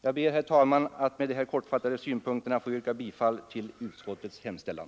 Jag ber, herr talman, att med dessa kortfattade synpunkter få yrka bifall till utskottets hemställan.